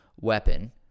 weapon